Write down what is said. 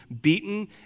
beaten